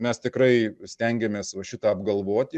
mes tikrai stengiamės va šitą apgalvoti